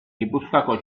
gipuzkoako